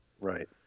Right